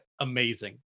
amazing